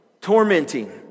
tormenting